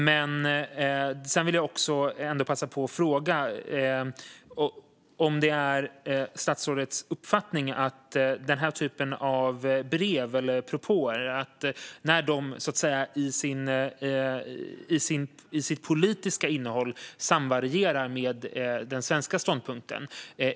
Jag vill även passa på att ställa en fråga när det gäller den här typen av brev eller propåer som i sitt politiska innehåll samvarierar med den svenska ståndpunkten.